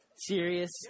Serious